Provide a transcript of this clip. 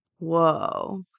Whoa